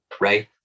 right